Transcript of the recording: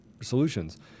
solutions